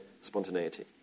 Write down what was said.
spontaneity